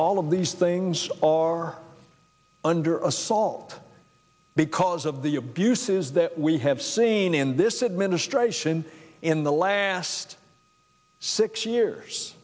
all of these things are under assault because of the abuses that we have seen in this administration in the last six years